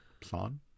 plan